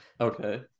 okay